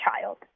child